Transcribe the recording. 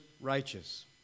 righteous